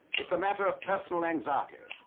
it's a matter of personal anxiety.